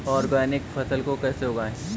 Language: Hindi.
ऑर्गेनिक फसल को कैसे उगाएँ?